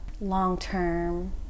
long-term